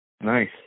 Nice